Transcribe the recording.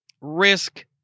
risk